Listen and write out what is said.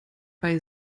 bei